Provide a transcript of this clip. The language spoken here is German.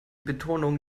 betonung